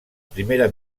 primera